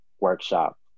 workshop